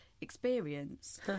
experience